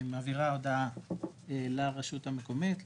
מעבירה הודעה לרשות המקומית,